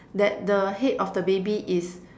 that the head of the baby is